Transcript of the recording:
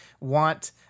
want